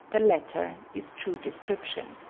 the latter is true description.